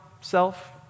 self